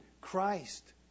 Christ